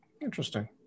Interesting